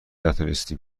نتونستیم